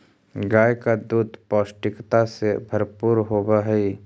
गाय का दूध पौष्टिकता से भरपूर होवअ हई